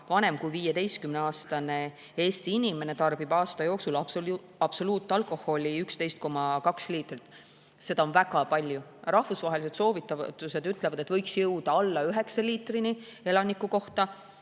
vanem kui 15-aastane Eesti inimene tarbib aasta jooksul absoluutalkoholi 11,2 liitrit. See on väga palju. Rahvusvahelised soovitused ütlevad, et võiks jõuda alla 9 liitrini elaniku kohta.